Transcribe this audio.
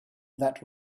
that